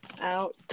out